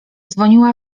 dzwoniła